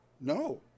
No